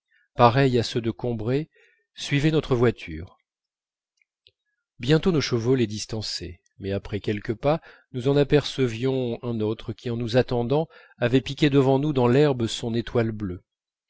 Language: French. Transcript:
pareils à ceux de combray suivaient notre voiture bientôt nos chevaux les distançaient mais après quelques pas nous en apercevions un autre qui en nous attendant avait piqué devant nous dans l'herbe son étoile bleue